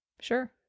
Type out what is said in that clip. Sure